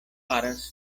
faras